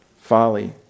folly